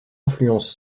influence